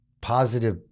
positive